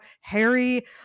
Harry